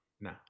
no